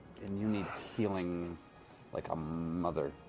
and you need healing like a mother.